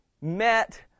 met